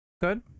good